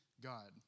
God